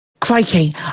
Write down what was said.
Crikey